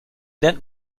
lernt